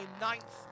ninth